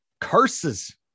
curses